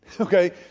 okay